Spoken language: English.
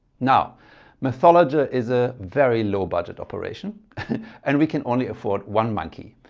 now mathologer is a very low-budget operation and we can only afford one monkey.